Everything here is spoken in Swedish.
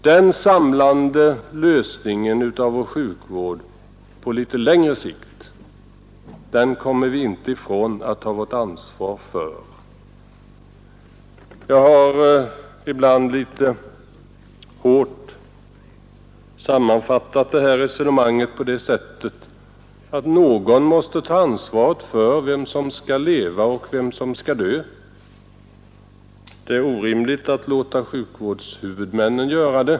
Den samlande lösningen av vår sjukvård på litet längre sikt kommer vi inte ifrån vårt ansvar för. Jag har ibland litet hårt sammanfattat det här resonemanget så att någon måste ta ansvaret för vem som skall leva och vem som skall dö. Det är orimligt att låta sjukvårdshuvudmännen ta det ansvaret.